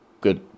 good